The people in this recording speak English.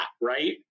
right